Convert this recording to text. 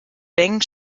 wen